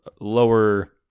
lower